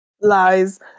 Lies